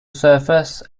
surface